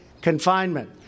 confinement